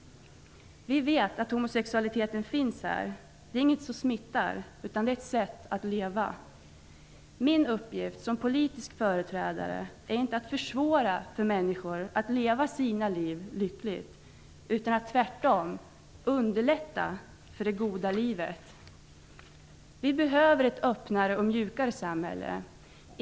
Vi vet att homosexualiteten finns. Det är inte något som smittar, utan det är ett sätt att leva. Min uppgift som politisk företrädare är inte att försvåra för människor att leva sina liv lyckligt, utan tvärtom att underlätta för det goda livet. Vi behöver ett öppnare och mjukare samhälle.